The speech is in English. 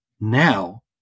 now